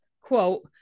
Quote-